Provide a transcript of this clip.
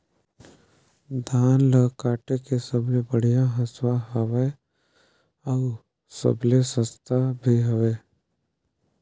धान ल काटे के सबले बढ़िया हंसुवा हवये? अउ सबले सस्ता भी हवे?